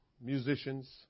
musicians